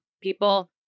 people